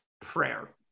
Prayer